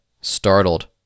startled